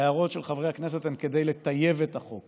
ההערות של חברי הכנסת הן כדי לטייב את החוק,